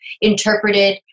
interpreted